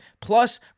Plus